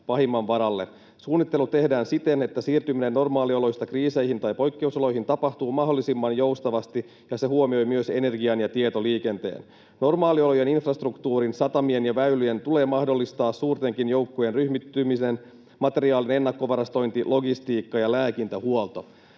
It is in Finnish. Suunnittelu tehdään siten, että siirtyminen normaalioloista kriiseihin tai poikkeusoloihin tapahtuu mahdollisimman joustavasti ja se huomioi myös energian ja tietoliikenteen. Normaaliolojen infrastruktuurin, satamien ja väylien tulee mahdollistaa suurtenkin joukkojen ryhmittäminen, materiaalin ennakkovarastointi, logistiikka ja lääkintähuolto.”